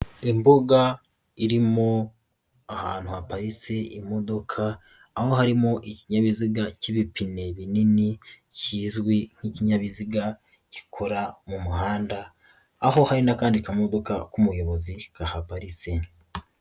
Imbuga irimo ahantu hapatse imodoka, aho harimo ikinyabiziga k'ibipine binini kizwi nk'ikinyabiziga gikora mu muhanda, aho hari n'akandi kamodoka k'umuyobozi kahaparitse.